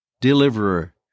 deliverer